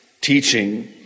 teaching